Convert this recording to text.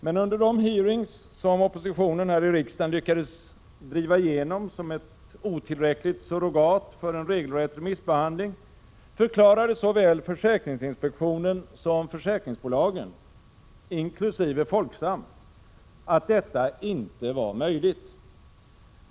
Men under de hearings som oppositionen här i riksdagen lyckades driva igenom som ett otillräckligt surrogat för en regelrätt remissbehandling förklarade såväl försäkringsinspektionen som försäkringsbolagen, inkl. Folksam, att detta inte var möjligt.